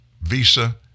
visa